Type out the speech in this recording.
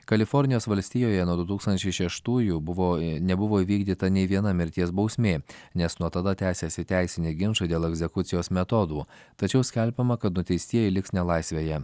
kalifornijos valstijoje nuo du tūkstančiai šeštųjų buvo nebuvo įvykdyta nė viena mirties bausmė nes nuo tada tęsėsi teisiniai ginčai dėl egzekucijos metodų tačiau skelbiama kad nuteistieji liks nelaisvėje